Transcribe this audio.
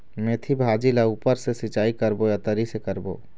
मेंथी भाजी ला ऊपर से सिचाई करबो या तरी से करबो?